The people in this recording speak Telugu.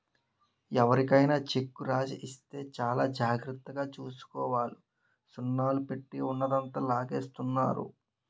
ఎవరికైనా చెక్కు రాసి ఇస్తే చాలా జాగ్రత్తగా చూసుకోవాలి సున్నాలు పెట్టి ఉన్నదంతా లాగేస్తున్నారు